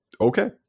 okay